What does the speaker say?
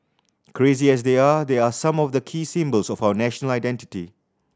crazy as they are these are some of the key symbols of our national identity